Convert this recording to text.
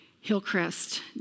Hillcrest